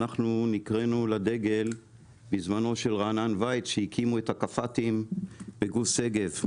אנחנו נקראנו לדגל בזמנו של רענן וייץ כשהקימו את הכפ"תים בגוש שגב,